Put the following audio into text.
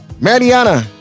Mariana